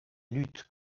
lutte